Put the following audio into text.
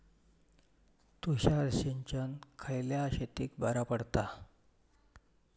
तुषार सिंचन खयल्या शेतीक बरा पडता?